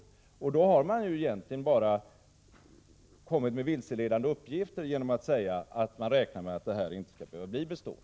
Då har man egentligen bara kommit med vilseledande uppgifter genom att säga att man räknar med att detta inte skall behöva bli bestående.